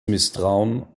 misstrauen